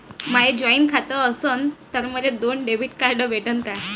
माय joint खातं असन तर मले दोन डेबिट कार्ड भेटन का?